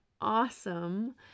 awesome